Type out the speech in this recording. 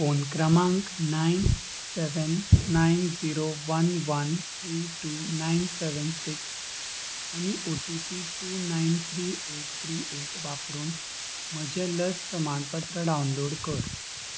phone क्रमांक nine seven nine zero one one three two nine seven six आनी O T P two nine three eight three eight वापरून म्हजें लस प्रमाणपत्र download कर